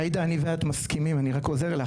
עאידה, אני ואת מסכימים אני רק עוזר לך.